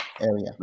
area